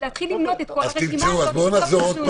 במקום להתחיל למנות את כל הרשימה הזו בחרנו לנסח את זה כך.